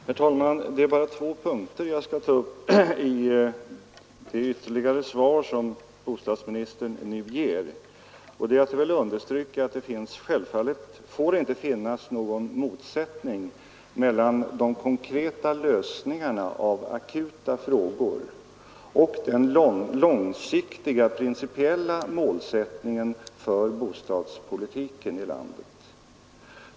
Herr talman! Det är bara två punkter jag skall ta upp i det svar som bostadsministern nu ger. Jag vill understryka att det självfallet inte får finnas någon motsättning mellan de konkreta lösningarna av akuta frågor och den långsiktiga principiella målsättningen för bostadspolitiken i landet.